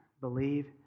believe